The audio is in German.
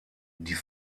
die